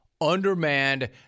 undermanned